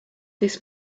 this